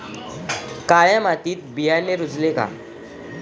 काळ्या मातीत बियाणे रुजतील का?